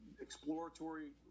exploratory